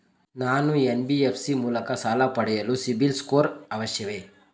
ನಾನು ಎನ್.ಬಿ.ಎಫ್.ಸಿ ಮೂಲಕ ಸಾಲ ಪಡೆಯಲು ಸಿಬಿಲ್ ಸ್ಕೋರ್ ಅವಶ್ಯವೇ?